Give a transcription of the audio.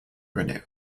renew